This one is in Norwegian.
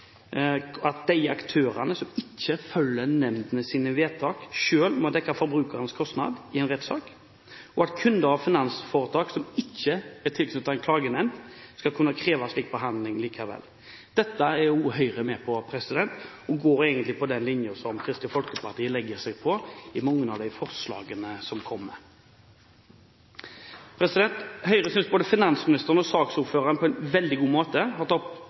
at kunder av finansforetak som ikke er tilknyttet en klagenemnd, skal kunne kreve slik behandling likevel. Dette er også Høyre med på, og vi går egentlig for den linjen som Kristelig Folkeparti legger seg på i mange av de forslagene som kommer. Høyre synes både finansministeren og saksordføreren på en veldig god måte har tatt opp